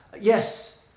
Yes